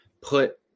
put